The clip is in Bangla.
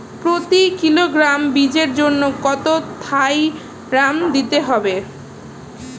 প্রতি কিলোগ্রাম বীজের জন্য কত থাইরাম দিতে হবে?